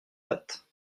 date